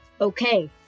Okay